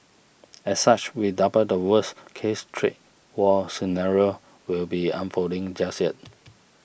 as such we double the worst case trade war scenario will be unfolding just yet